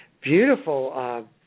beautiful